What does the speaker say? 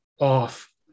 off